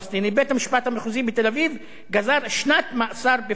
בית-המשפט המחוזי בתל-אביב גזר שנת מאסר בפועל